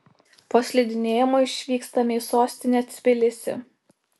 po slidinėjimo išvykstame į sostinę tbilisį